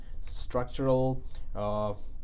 structural